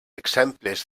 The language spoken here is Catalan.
exemples